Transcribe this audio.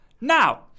Now